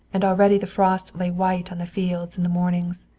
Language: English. and already the frost lay white on the fields in the mornings.